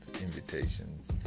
invitations